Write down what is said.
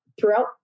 throughout